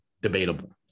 debatable